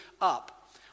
up